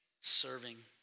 serving